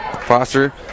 Foster